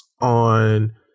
on